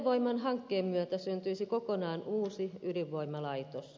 fennovoiman hankkeen myötä syntyisi kokonaan uusi ydinvoimalaitos